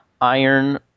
iron